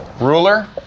ruler